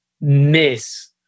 miss